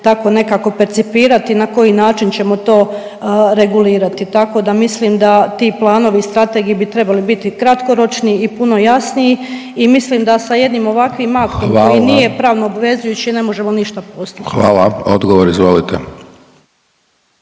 tako nekako percipirati na koji način ćemo to regulirati. Tako da mislim da ti planovi strategije bi trebali biti kratkoročni i puno jasniji i mislim da sa jednim ovakvim mahom koji nije …/Upadica Hajdaš Dončić: Hvala./… pravno